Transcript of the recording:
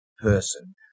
person